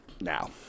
Now